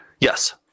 Yes